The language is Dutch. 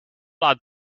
laat